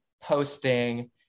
posting